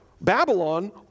Babylon